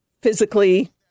physically